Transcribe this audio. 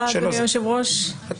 לגבי (ג), אני